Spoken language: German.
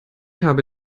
habe